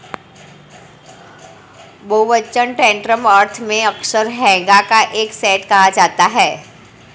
बहुवचन टैंटम अर्थ में अक्सर हैगा का एक सेट कहा जाता है